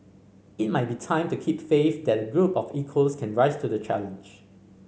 it might be time to keep faith that a group of equals can rise to the challenge